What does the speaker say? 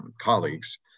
colleagues